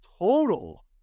Total